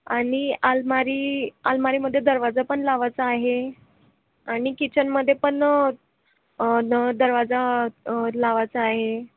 आणि अलमारी अलमारीमध्ये दरवाजा पण लावायचा आहे आणि किचनमध्ये पण द दरवाजा लावायचा आहे